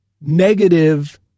negative